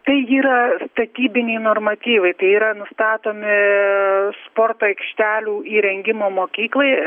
tai yra statybiniai normatyvai tai yra nustatomi sporto aikštelių įrengimo mokyklai